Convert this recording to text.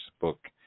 book